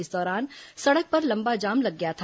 इस दौरान सड़क पर लंबा जाम लग गया था